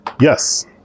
Yes